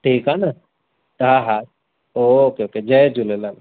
ठीकु आहे न हा हा ओके ओके जय झूलेलाल